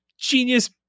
genius